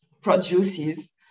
produces